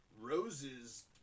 roses